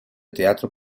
teatro